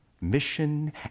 Mission